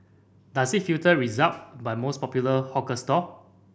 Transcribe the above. does it filter result by most popular hawker stall